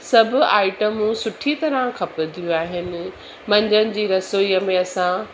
सभु आइटमूं सुठी तरह खपदियूं आहिनि मंझंदि जी रसोईअ में असां